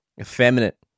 effeminate